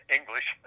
English